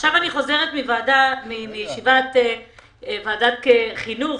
עכשיו אני חוזרת מישיבת ועדת החינוך,